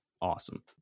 awesome